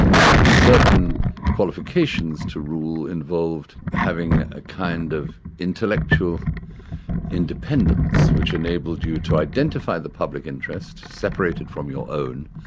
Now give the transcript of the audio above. and certain qualifications to rule involved having a kind of intellectual independence, which enabled you to identify the public interest, separated from your own,